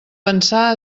pensar